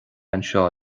anseo